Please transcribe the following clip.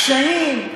קשיים,